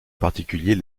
particulier